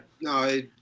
no